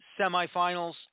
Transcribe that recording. semifinals